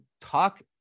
talk